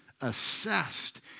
assessed